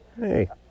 Hey